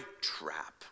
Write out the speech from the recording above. trap